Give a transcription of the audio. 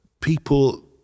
people